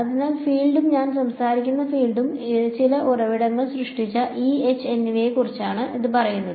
അതിനാൽ ഫീൽഡും ഞാൻ സംസാരിക്കുന്ന ഫീൽഡും ചില ഉറവിടങ്ങൾ സൃഷ്ടിച്ച ഇ എച്ച് എന്നിവയെക്കുറിച്ചാണെന്ന് അത് പറയുന്നു